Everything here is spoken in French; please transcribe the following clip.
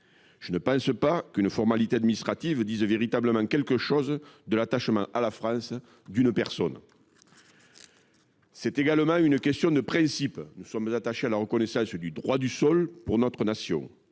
Je ne pense pas qu’une formalité administrative dise véritablement quelque chose de l’attachement à la France d’une personne. C’est également une question de principe : nous sommes attachés à la reconnaissance du droit du sol par notre nation.